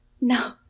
No